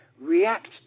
react